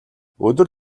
өдөр